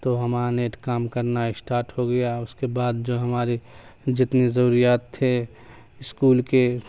تو ہمارا نیٹ کام کرنا اسٹارٹ ہو گیا اس کے بعد جو ہمارے جتنی ضروریات تھے اسکول کے